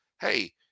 Hey